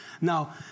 Now